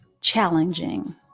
challenging